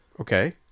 Okay